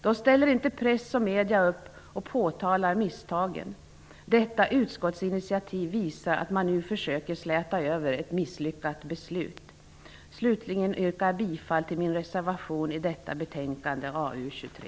Då ställer inte pressen och medierna upp och påtalar misstagen. Detta utskottsinitiativ visar att man nu försöker släta över ett misslyckat beslut. Slutligen yrkar jag bifall till min reservation i arbetsmarknadsutskottets betänkande nr 23.